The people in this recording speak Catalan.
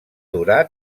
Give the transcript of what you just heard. durà